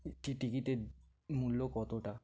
কী টিকিটের মূল্য কতটা